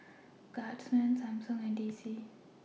Guardsman Samsung and D C